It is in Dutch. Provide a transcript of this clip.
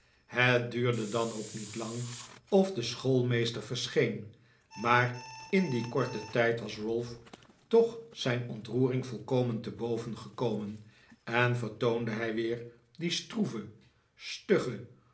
het duurde dan ook niet lang of de schoolmeester verscheen maar in dien korten tijd was ralph toch zijn ontroering volkomen te boven gekomen en vertoonde hij weer die stroeve stugge